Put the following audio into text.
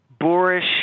boorish